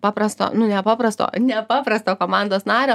paprasto nu nepaprasto nepaprasto komandos nario